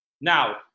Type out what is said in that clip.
now